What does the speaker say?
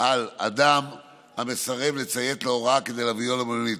על אדם המסרב לציית להוראה כדי להביאו למלונית.